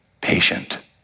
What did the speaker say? patient